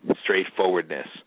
straightforwardness